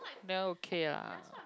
then okay ah